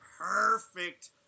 perfect